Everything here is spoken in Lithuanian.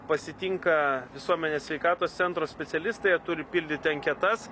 pasitinka visuomenės sveikatos centro specialistai jie turi pildyti anketas